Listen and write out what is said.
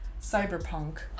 Cyberpunk